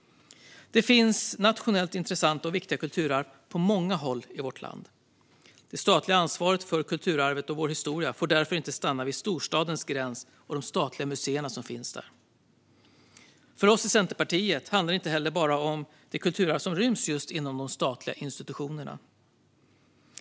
Det finns nationellt intressanta och viktiga kulturarv på många håll i vårt land. Det statliga ansvaret för kulturarvet och vår historia får därför inte stanna vid storstadens gräns och de statliga museer som finns där. För oss i Centerpartiet handlar det inte heller bara om det kulturarv som ryms inom statliga institutionerna.